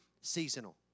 seasonal